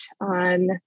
on